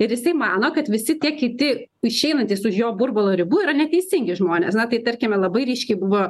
ir jisai mano kad visi tie kiti išeinantys už jo burbulo ribų yra neteisingi žmonės na tai tarkime labai ryškiai buvo